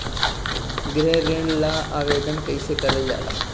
गृह ऋण ला आवेदन कईसे करल जाला?